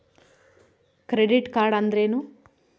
Credit card ಅಂದ್ರೇನು?